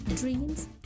Dreams